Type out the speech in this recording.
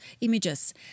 images